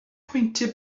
pwyntiau